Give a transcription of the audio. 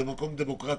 זה מקום דמוקרטי.